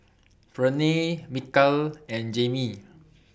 Ferne Mikal and Jaimie